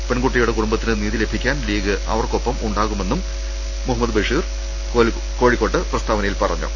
പെൺകുട്ടിയുടെ കുടുംബത്തിന് നീതി ലഭിക്കാൻ ലീഗ് അവർക്കൊപ്പമുണ്ടാകുമെന്നും മുഹമ്മദ് ബഷീർ കോഴിക്കോട്ട് പ്രസ്താവനയിൽ പറഞ്ഞു